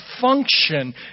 function